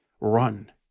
run